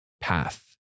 path